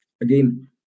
again